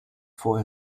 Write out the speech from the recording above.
for